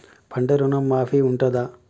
పంట ఋణం మాఫీ ఉంటదా?